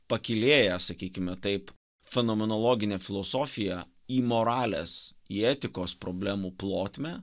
pakylėja sakykime taip fenomenologinę filosofiją į moralės į etikos problemų plotmę